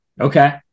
Okay